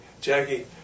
Jackie